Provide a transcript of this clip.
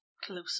Closer